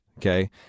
Okay